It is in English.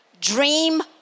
dream